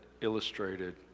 illustrated